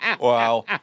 Wow